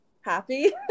happy